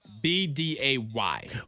B-D-A-Y